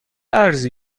ارزی